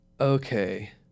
Okay